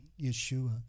Yeshua